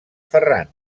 ferran